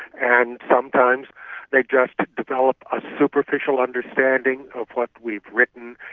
and sometimes they just develop a superficial understanding of what we've written,